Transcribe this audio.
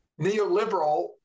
neoliberal